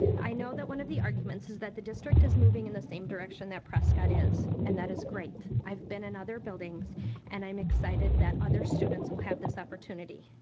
i know that one of the argument's is that the district is moving in the same direction that prescott is. and that is great, i've been in other buildings and i'm excited that other students will have this opportunity.